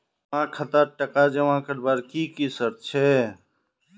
जमा खातात टका जमा करवार की की शर्त छे?